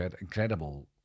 incredible